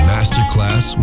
Masterclass